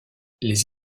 les